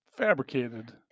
fabricated